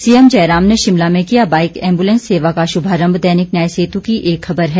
CM Jairam ने शिमला में किया बाइक एम्बुलेंस सेवा का शुभारम्म दैनिक न्याय सेतु की एक खबर है